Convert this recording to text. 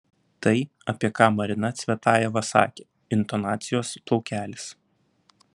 tai apie ką marina cvetajeva sakė intonacijos plaukelis